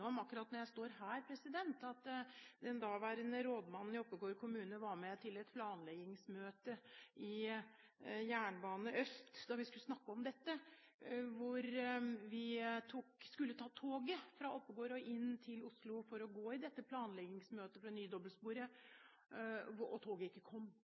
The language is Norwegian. om, akkurat når jeg står her, president, at den daværende rådmannen i Oppegård kommune var med til et planleggingsmøte i Bane Øst da vi skulle snakke om dette. Vi skulle ta toget fra Oppegård og inn til Oslo for å gå i dette planleggingsmøtet for det nye dobbeltsporet, og toget kom ikke. Toget kom